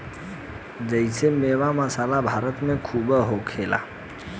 जेइसे मेवा, मसाला भारत मे खूबे होखेला